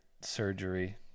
surgery